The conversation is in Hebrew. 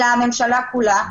אלא הממשלה כולה,